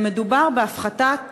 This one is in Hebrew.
מדובר בהפחתת